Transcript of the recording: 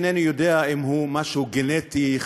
אינני יודע אם הוא משהו גנטי,